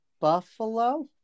Buffalo